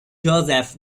joseph